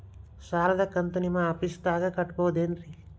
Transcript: ಸಾಲದ ಕಂತು ನಿಮ್ಮ ಆಫೇಸ್ದಾಗ ಕಟ್ಟಬಹುದೇನ್ರಿ?